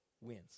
wins